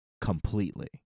completely